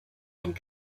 and